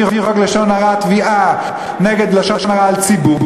חוק לשון הרע תביעה על לשון הרע נגד ציבור,